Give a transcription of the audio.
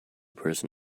person